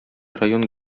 район